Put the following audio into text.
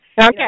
Okay